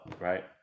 right